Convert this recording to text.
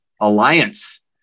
Alliance